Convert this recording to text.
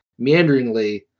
meanderingly